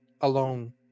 alone